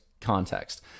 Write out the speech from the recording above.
context